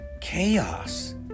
chaos